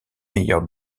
meilleurs